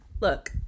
Look